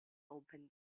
open